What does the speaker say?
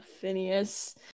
phineas